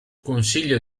consiglio